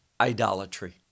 idolatry